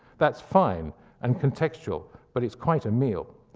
that's fine and contextual, but it's quite a meal.